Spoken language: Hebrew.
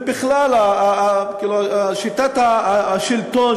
ובכלל שיטת השלטון,